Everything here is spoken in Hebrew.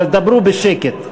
אבל דברו בשקט,